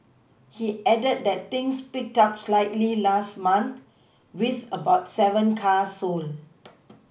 he added that things picked up slightly last month with about seven cars sold